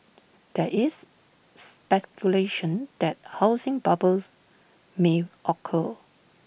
there is speculation that housing bubbles may occur